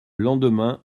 lendemain